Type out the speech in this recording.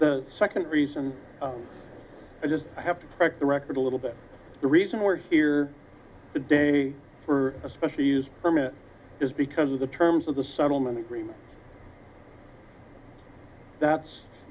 the second reason i just have to crack the record a little bit the reason we're here today for a special use permit is because of the terms of the settlement agreement that's